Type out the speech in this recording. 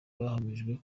bahamije